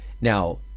Now